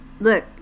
look